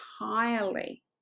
entirely